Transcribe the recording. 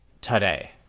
today